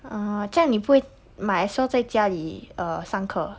oh 这样你不会 might as well 在家里 uh 上课